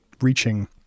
reaching